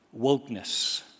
wokeness